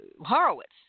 Horowitz